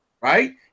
right